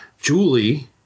Julie